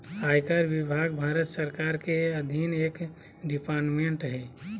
आयकर विभाग भारत सरकार के अधीन एक डिपार्टमेंट हय